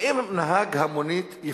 ואם נהג המונית יפספס,